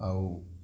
আৰু